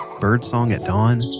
birdsong at dawn,